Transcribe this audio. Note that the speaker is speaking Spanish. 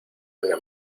una